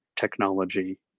technology